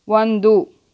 ಒಂದು